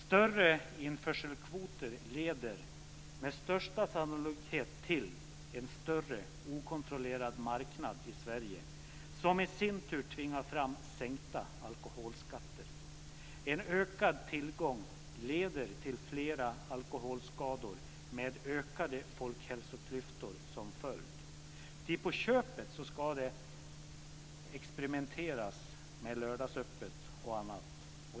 Större införselkvoter leder med största sannolikhet till en större okontrollerad marknad i Sverige, som i sin tur tvingar fram sänkta alkoholskatter. En ökad tillgång leder till flera alkoholskador, med ökade folkhälsoklyftor som följd. Till på köpet ska det experimenteras med lördagsöppet och annat.